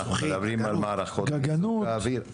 אנחנו מדברים על מערכות מיזוג ואוויר.